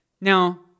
Now